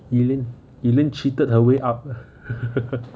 elaine elaine cheated her way up